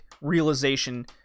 realization